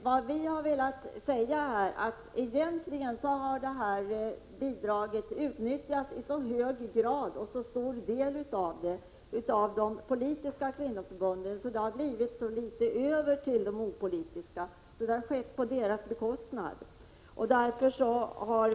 Det vi har velat säga är att bidraget i fråga har utnyttjats i så hög grad av de politiska kvinnoförbunden att det har blivit mycket litet över till de opolitiska. Utnyttjandet har skett på deras bekostnad.